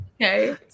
okay